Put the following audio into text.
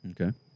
Okay